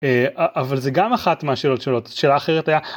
אבל זה גם אחת מהשאלות שעולות, שאלה אחרת היה...